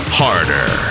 harder